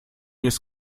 ist